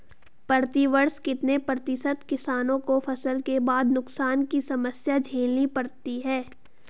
प्रतिवर्ष कितने प्रतिशत किसानों को फसल के बाद नुकसान की समस्या झेलनी पड़ती है?